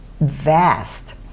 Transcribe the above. vast